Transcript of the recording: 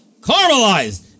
caramelized